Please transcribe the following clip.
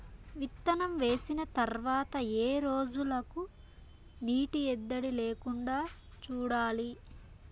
విత్తనం వేసిన తర్వాత ఏ రోజులకు నీటి ఎద్దడి లేకుండా చూడాలి?